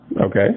Okay